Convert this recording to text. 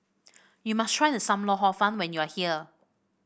you must try Sam Lau Hor Fun when you are here